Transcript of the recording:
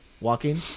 walking